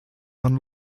man